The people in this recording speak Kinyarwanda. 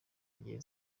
zigiye